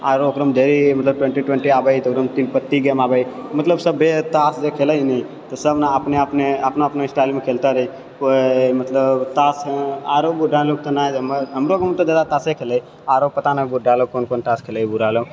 आरो ओकरोमे देरी मतलब ट्वेन्टी ट्वेन्टी आबै तऽ ओकरोमे तीन पत्ती गेम आबै हय मतलब सभे तास जे खेलै हय नी तऽ सभ ने अपने अपने अपना अपना स्टाइलमे खेलतै रहै कोइ मतलब तास आरो बूढ़ा लोग तऽ ने जा हमरो गाँवमे तऽ जादा तासे खेलै हय आरो पता नहि बूढ़ा लोग कोन कोन तास खेलै हय बूढ़ा लोग